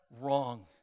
wrong